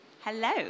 Hello